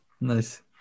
Nice